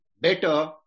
better